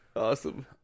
Awesome